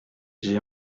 j’ai